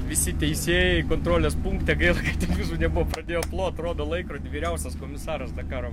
visi teisėjai kontrolės punkte gaila kad tik jūsų nebuvo pradėjo plot rodo laikrodį vyriausias komisaras dakaro